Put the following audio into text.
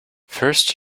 first